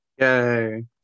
Yay